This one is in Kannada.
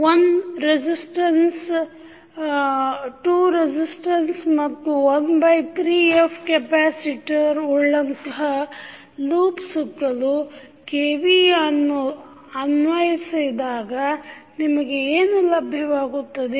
1Ω ರೆಜಿಸ್ಟರ್ 2Ω ರೆಜಿಸ್ಟರ್ ಮತ್ತು 13Fಕೆಪ್ಯಾಸಿಟರ್ ಉಳ್ಳಂತಹ ಲೂಪ್ ಸುತ್ತಲೂ KVL ಅನ್ನು ಅನ್ವಯಿಸಿದಾಗ ನಿಮಗೆ ಏನು ಲಭ್ಯವಾಗುತ್ತದೆ